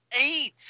eight